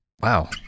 Wow